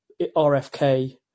RFK